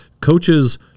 coaches